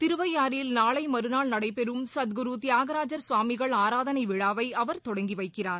திருவையாறில் நாளைமறுநாள் நடைபெறும் சத்குருதியாகராஜாகவாமிகள் ஆராதனைவிழாவைஅவர் தொடங்கிவைக்கிறார்